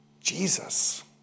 Jesus